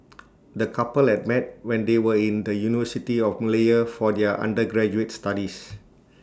the couple had met when they were in the university of Malaya for their undergraduate studies